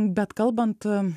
bet kalbant